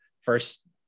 first